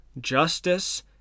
justice